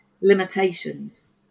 limitations